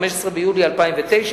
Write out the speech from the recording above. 15 ביולי 2009,